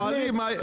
שואלים.